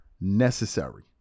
necessary